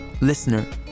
listener